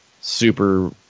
super